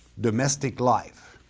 domestic life.